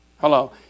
Hello